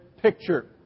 picture